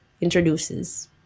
introduces